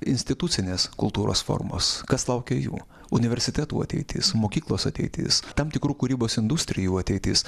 institucinės kultūros formos kas laukia jų universitetų ateitis mokyklos ateitis tam tikrų kūrybos industrijų ateitis